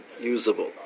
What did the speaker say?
usable